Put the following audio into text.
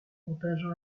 contingent